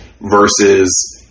versus